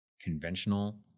conventional